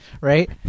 right